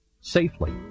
safely